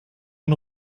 ein